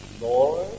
Lord